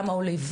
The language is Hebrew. למה הוא לבד?